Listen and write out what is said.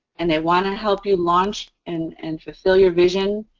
and they want to help you launch and and fulfill your vision,